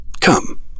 Come